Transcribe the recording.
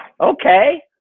okay